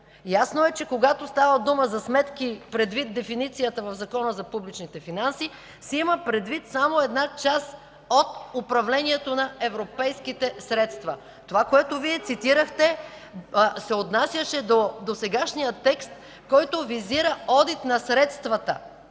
Ясно е, че когато става дума за сметки, предвид дефиницията в Закона за публичните финанси, се има предвид само една част от управлението на европейските средства. Това, което Вие цитирахте, се отнасяше до досегашния текст, който визира одит на средствата.